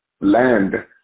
land